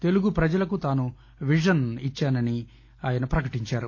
తెలుగు ప్రజలకు తాను విజన్ ఇచ్చానని ఆయన ప్రకటించారు